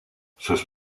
sus